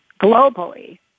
globally